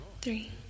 three